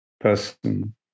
person